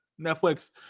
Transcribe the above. Netflix